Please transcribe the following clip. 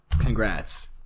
congrats